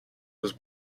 was